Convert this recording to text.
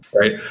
right